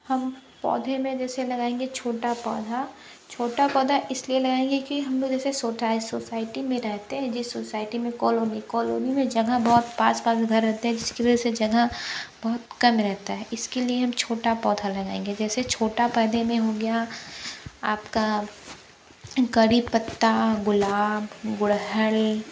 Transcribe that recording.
हम पौधे में जैसे लगाएंगे छोटा पौधा छोटा पौधा इसलिए लगाएंगे की हम लोग जैसे सोसाइटी में रहते हैं जिस सोसाइटी में कॉलोनी कॉलोनी में जगह बहुत पास पास घर रहते हैं जिसकी वजह से जगह बहुत कम रहता है इसके लिए हम छोटा पौधा लगाएंगे जैसा छोटे पौधे में हो गया आपका कड़ी पत्ता गुलाब गुड़हल